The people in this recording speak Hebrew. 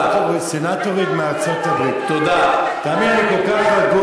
אתה, תאמיני לי, אני כל כך רגוע.